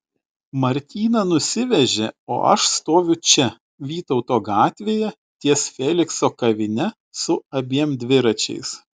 martyną nusivežė o aš stoviu čia vytauto gatvėje ties felikso kavine su abiem dviračiais